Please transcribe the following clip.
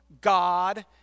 God